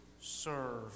serve